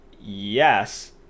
yes